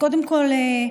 קודם כול,